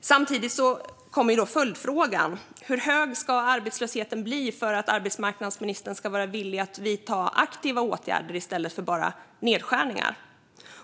Samtidigt kommer då följdfrågan: Hur hög ska arbetslösheten bli för att arbetsmarknadsministern ska vara villig att vidta aktiva åtgärder i stället för att bara göra nedskärningar?